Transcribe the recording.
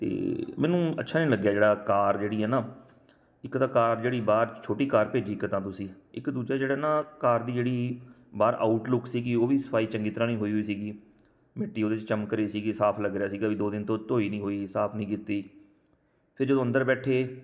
ਤਾਂ ਮੈਨੂੰ ਅੱਛਾ ਨਹੀਂ ਲੱਗਿਆ ਜਿਹੜਾ ਕਾਰ ਜਿਹੜੀ ਹੈ ਨਾ ਇੱਕ ਤਾਂ ਕਾਰ ਜਿਹੜੀ ਬਾਹਰ ਛੋਟੀ ਕਾਰ ਭੇਜੀ ਇੱਕ ਤਾਂ ਤੁਸੀਂ ਇੱਕ ਦੂਜੇ ਜਿਹੜਾ ਨਾ ਕਾਰ ਦੀ ਜਿਹੜੀ ਬਾਹਰ ਆਊਟਲੁਕ ਸੀਗੀ ਉਹ ਵੀ ਸਫਾਈ ਚੰਗੀ ਤਰ੍ਹਾਂ ਨਹੀਂ ਹੋਈ ਹੋਈ ਸੀਗੀ ਮਿੱਟੀ ਉਹਦੇ 'ਚ ਚਮਕ ਰਹੀ ਸੀਗੀ ਸਾਫ ਲੱਗ ਰਿਹਾ ਸੀਗਾ ਵੀ ਦੋ ਦਿਨ ਤੋਂ ਧੋਤੀ ਨਹੀਂ ਹੋਈ ਸਾਫ ਨਹੀਂ ਕੀਤੀ ਫਿਰ ਜਦੋਂ ਅੰਦਰ ਬੈਠੇ